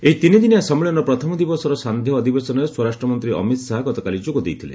ଏହି ତିନି ଦିନିଆ ସମ୍ମିଳନୀର ପ୍ରଥମ ଦିବସର ସାନ୍ଧ୍ୟ ଅଧିବେଶନରେ ସ୍ୱରାଷ୍ଟ୍ର ମନ୍ତ୍ରୀ ଅମିତ୍ ଶାହା ଗତକାଲି ଯୋଗ ଦେଇଥିଲେ